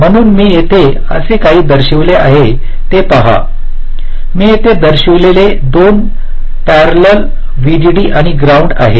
म्हणून मी येथे असे काही दर्शविले आहे ते पहा मी येथे दर्शविलेले दोन परललेल व्हीडीडी आणि ग्राउंड आहे